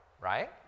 right